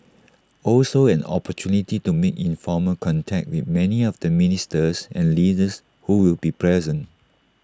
also an opportunity to make informal contact with many of the ministers and leaders who will be present